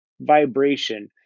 vibration